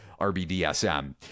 RBDSM